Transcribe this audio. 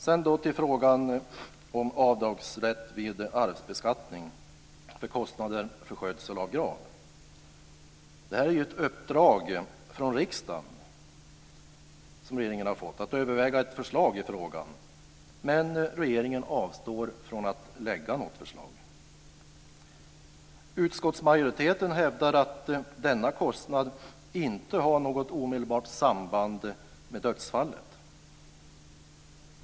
Så över till frågan om rätt till avdrag vid arvsbeskattningen för kostnader för skötsel av grav. Regeringen har fått ett uppdrag från riksdagen att överväga ett förslag i frågan, men regeringen avstår från att lägga fram något förslag. Utskottsmajoriteten hävdar att denna kostnad inte har något omedelbart samband med dödsfallet.